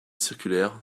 circulaire